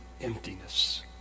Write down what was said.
emptiness